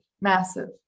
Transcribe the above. massive